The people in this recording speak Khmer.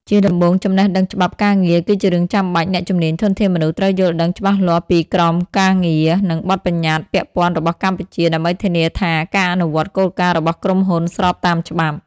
ជាដំបូង ចំណេះដឹងច្បាប់ការងារ គឺជារឿងចាំបាច់ អ្នកជំនាញ ធនធានមនុស្ស ត្រូវយល់ដឹងច្បាស់លាស់ពីក្រមការងារ និងបទប្បញ្ញត្តិពាក់ព័ន្ធរបស់កម្ពុជា ដើម្បីធានាថាការអនុវត្តគោលការណ៍របស់ក្រុមហ៊ុនស្របតាមច្បាប់។